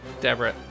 Deborah